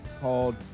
called